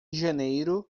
janeiro